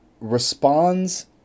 responds